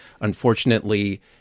unfortunately